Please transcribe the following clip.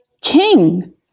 King